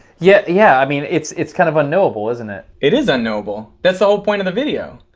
yeah yeah, i mean, it's it's kind of unknowable, isn't it? it is unknowable. that's the whole point of the video.